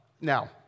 now